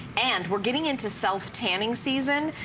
and are getting into self tanning season.